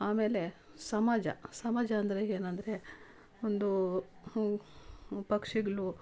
ಆಮೇಲೆ ಸಮಾಜ ಸಮಾಜ ಅಂದರೆ ಏನರಂದ್ರೆ ಒಂದು ಪಕ್ಷಿಗಳು